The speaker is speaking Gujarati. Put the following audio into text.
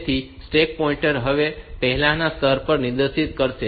તેથી સ્ટેક પોઇન્ટર હવે પહેલાના સ્થાન પર નિર્દેશ કરશે